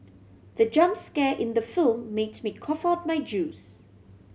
the jump scare in the film made me cough out my juice